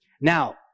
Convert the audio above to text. Now